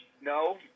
No